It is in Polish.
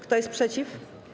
Kto jest przeciw?